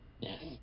Yes